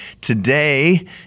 Today